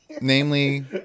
namely